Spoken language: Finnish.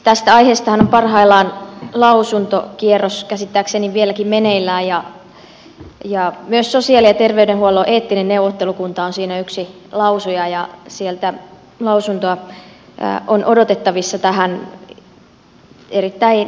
tästä aiheestahan on parhaillaan lausuntokierros käsittääkseni vieläkin meneillään ja myös sosiaali ja terveydenhuollon eettinen neuvottelukunta on siinä yksi lausuja ja sieltä lausuntoa on odotettavissa tähän erittäin eettiseen kysymykseen